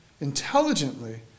intelligently